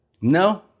No